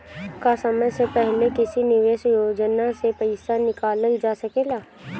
का समय से पहले किसी निवेश योजना से र्पइसा निकालल जा सकेला?